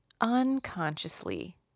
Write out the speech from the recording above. unconsciously